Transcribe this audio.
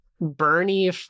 Bernie